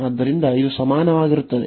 ಆದ್ದರಿಂದ ಇದು ಸಮಾನವಾಗಿರುತ್ತದೆ